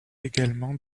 également